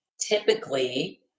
typically